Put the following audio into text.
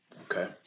Okay